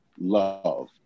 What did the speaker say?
love